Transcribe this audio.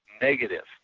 negative